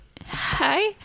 hi